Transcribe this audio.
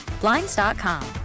Blinds.com